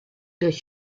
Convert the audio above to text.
dat